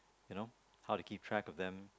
you know how to keep track of them